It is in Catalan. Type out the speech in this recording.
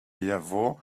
llavor